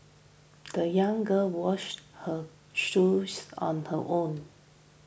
the young girl washed her shoes on her own